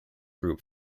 group